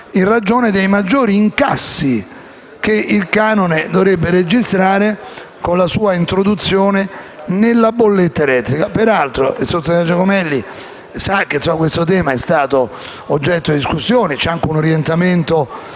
in ragione dei maggiori incassi che il canone dovrebbe registrare con la sua introduzione nella bolletta elettrica. Peraltro, il sottosegretario Giacomelli sa che questo tema è stato oggetto di discussione e c'è anche un orientamento